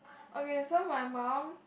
okay so my mum